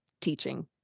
teaching